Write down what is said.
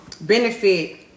benefit